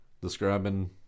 describing